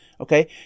okay